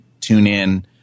TuneIn